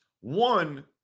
One